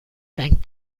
thanked